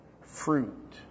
fruit